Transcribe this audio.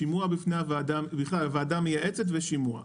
שימוע בפני הוועדה המייעצת בכלל ושימוע.